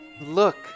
Look